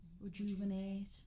Rejuvenate